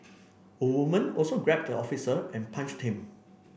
a woman also grabbed the officer and punched him